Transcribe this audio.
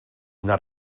not